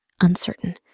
uncertain